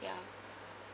ya